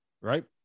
right